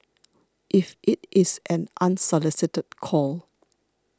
if it is an unsolicited call